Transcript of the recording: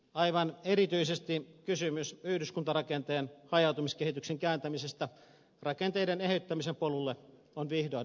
aivan erityisesti kysymys yhdyskuntarakenteen ha jautumiskehityksen kääntämisestä rakenteiden eheyttämisen polulle on vihdoin otettava tosissaan